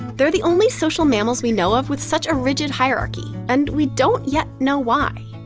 they're the only social mammals we know of with such a rigid hierarchy, and we don't yet know why.